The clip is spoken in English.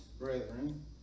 brethren